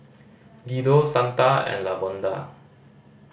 Guido Santa and Lavonda